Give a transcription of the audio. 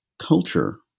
culture